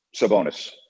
Sabonis